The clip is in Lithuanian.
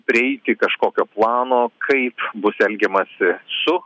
prieiti kažkokio plano kaip bus elgiamasi su